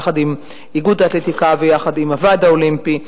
יחד עם איגוד האתלטיקה ויחד עם הוועד האולימפי.